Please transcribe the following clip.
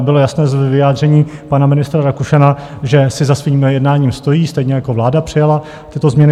Bylo jasné z vyjádření pana ministra Rakušana, že si za svým jednáním stojí, stejně jako vláda přijala tyto změny.